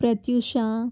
Pratyusha